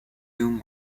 whom